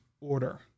order